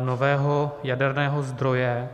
nového jaderného zdroje.